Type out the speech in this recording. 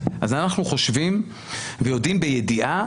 אז אנחנו חושבים ויודעים בידיעה,